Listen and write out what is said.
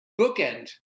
bookend